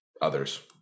others